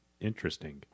interesting